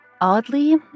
Oddly